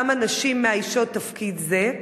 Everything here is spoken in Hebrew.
כמה נשים מאיישות תפקיד זה?